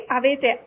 avete